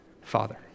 Father